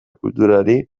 kulturari